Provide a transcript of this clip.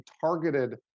targeted